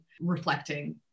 reflecting